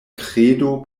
kredo